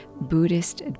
Buddhist